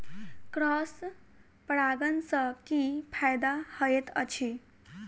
Cross परागण सँ की फायदा हएत अछि?